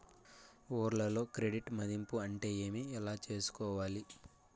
ఊర్లలో క్రెడిట్ మధింపు అంటే ఏమి? ఎలా చేసుకోవాలి కోవాలి?